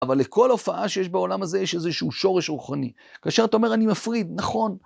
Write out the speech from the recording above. אבל לכל הופעה שיש בעולם הזה, יש איזשהו שורש רוחני. כאשר אתה אומר, אני מפריד, נכון.